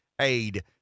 aid